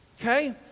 Okay